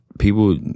People